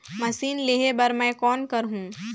Machine लेहे बर मै कौन करहूं?